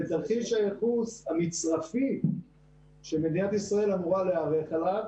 תרחיש הייחוס המצרפי שמדינת ישראל אמורה להיערך אליו,